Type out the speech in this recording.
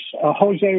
Jose